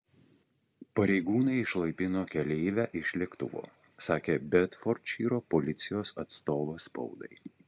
pareigūnai išlaipino keleivę iš lėktuvo sakė bedfordšyro policijos atstovas spaudai